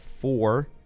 four